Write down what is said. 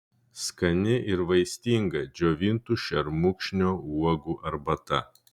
skani ir vaistinga džiovintų šermukšnio uogų arbata